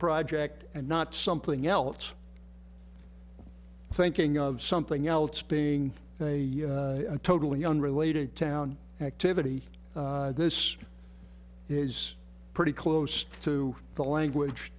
project and not something else thinking of something else being a totally unrelated town activity this is pretty close to the language